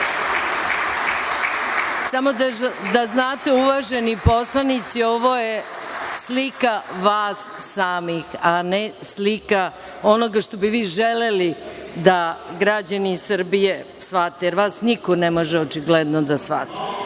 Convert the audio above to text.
da znate, uvaženi poslanici, ovo je slika vas samih, a ne slika onoga što bi vi želeli da građani Srbije shvate, jer vas niko ne može očigledno da shvati. Pre